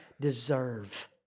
deserve